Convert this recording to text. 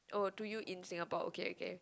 oh to you in Singapore okay okay